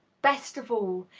best of all,